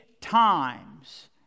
times